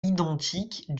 identiques